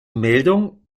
meldung